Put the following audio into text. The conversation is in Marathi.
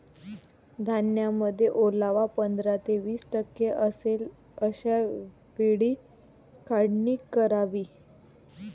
धान्यामध्ये ओलावा पंधरा ते वीस टक्के असेल अशा वेळी काढणी करावी